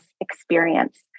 experience